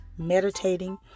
meditating